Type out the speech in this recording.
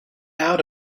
out